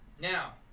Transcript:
Now